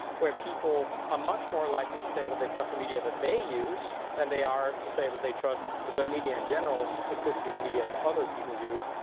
where people are much more likely to say that they trust the media that they use than they are to say that they trust the media in general implicitly, the media that other people use.